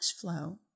flow